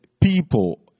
people